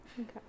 Okay